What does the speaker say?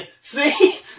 see